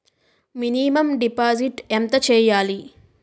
Minimum deposit ఎంత చెయ్యాలి?